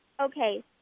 okay